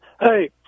hey